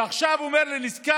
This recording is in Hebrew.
ועכשיו הוא אומר לי שנזכר